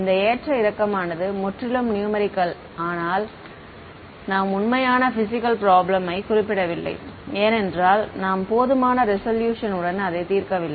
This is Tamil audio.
இந்த ஏற்ற இறக்கமானது முற்றிலும் நியூமெரிக்கல் ஆனால் நாம் உண்மையான பிஸிக்ஸ் ப்ரோப்லம் யை குறிப்பிடவில்லை ஏனென்றால் நாம் போதுமான ரெசொல்யூஷன் உடன் அதை தீர்க்கவில்லை